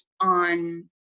on